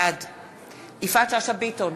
בעד יפעת שאשא ביטון,